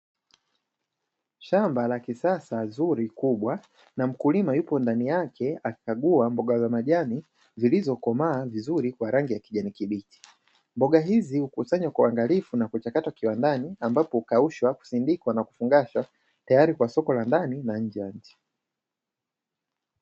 Shamba la kisasa, zuri kubwa, na mkulima yupo ndani yake akikagua mboga za majani zilizo komaa vizuri kwa rangi ya kijani kibichi. Mboga hizi hukusanywa kwa uangalifu na kuchakatwa kiwandani, ambapo hukaushwa na kusindikwa kwa kufungashwa tayari kwa soko la ndani na la nje ya nchi.